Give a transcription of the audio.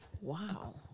Wow